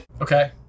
Okay